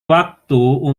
waktu